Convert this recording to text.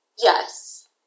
yes